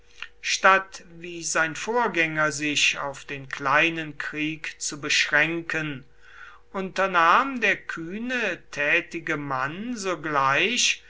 statt wie sein vorgänger sich auf den kleinen krieg zu beschränken unternahm der kühne tätige mann sogleich